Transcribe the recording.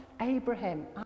Abraham